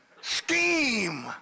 scheme